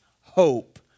hope